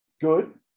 good